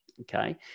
Okay